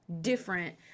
different